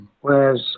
whereas